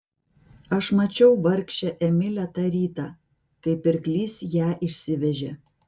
aš mačiau vargšę emilę tą rytą kai pirklys ją išsivežė